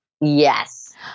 Yes